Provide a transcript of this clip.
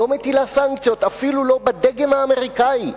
לא מטילה סנקציות, אפילו לא בדגם האמריקני.